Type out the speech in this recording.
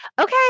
Okay